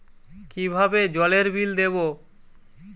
কিভাবে জলের বিল দেবো?